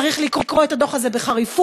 צריך לקרוא את הדוח הזה בחריפות,